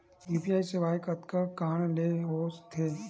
UPI सेवाएं कतका कान ले हो थे?